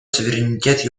суверенитет